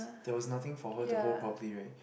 there was nothing for her to hold properly right